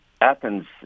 Athens